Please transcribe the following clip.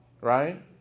right